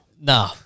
No